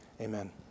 Amen